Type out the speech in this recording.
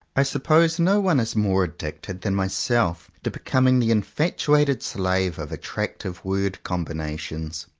i suppose no one is more addicted than myself to becoming the infatuated slave of attractive word-combinations.